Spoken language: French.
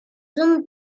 zone